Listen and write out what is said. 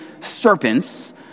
serpents